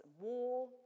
war